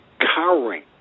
cowering